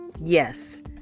Yes